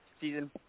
season